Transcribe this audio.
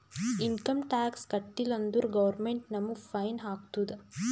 income tax ಕಟ್ಟೀಲ ಅಂದುರ್ government ನಮುಗ್ ಫೈನ್ ಹಾಕ್ತುದ್